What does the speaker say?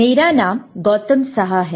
मेरा नाम गौतम सहा है